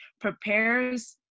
prepares